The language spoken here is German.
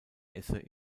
esse